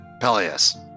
Peleus